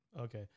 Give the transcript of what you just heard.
Okay